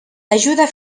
ajuda